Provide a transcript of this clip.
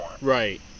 Right